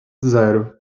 zero